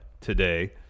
today